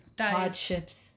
hardships